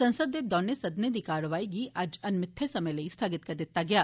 संसद दे दौनें सदनें दी कारवाई गी अज्ज अनमित्थे समें लेई स्थगित करी दिता गेआ